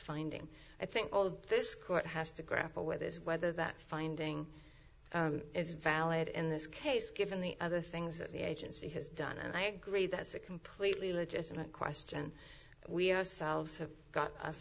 finding i think all of this court has to grapple with is whether that finding is valid in this case given the other things that the agency has done and i agree that's a completely legitimate question we ourselves have got